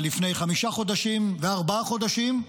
לפני חמישה חודשים וארבעה חודשים: